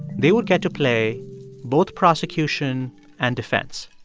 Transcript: they would get to play both prosecution and defense.